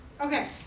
Okay